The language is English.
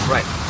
Right